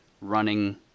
running